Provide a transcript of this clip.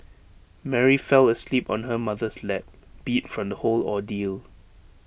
Mary fell asleep on her mother's lap beat from the whole ordeal